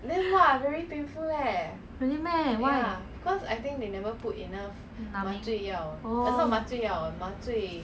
really meh why numbing orh